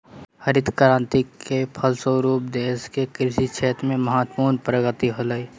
हरित क्रान्ति के फलस्वरूप देश के कृषि क्षेत्र में महत्वपूर्ण प्रगति होलय